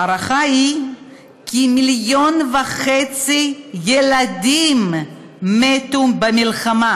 ההערכה היא כי 1.5 מיליון ילדים מתו במלחמה,